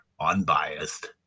Unbiased